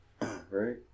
Right